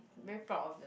very proud of them